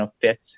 fits